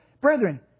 Brethren